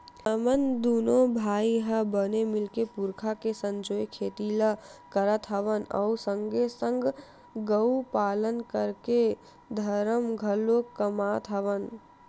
हमन दूनो भाई ह बने मिलके पुरखा के संजोए खेती ल करत हवन अउ संगे संग गउ पालन करके धरम घलोक कमात हवन